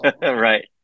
right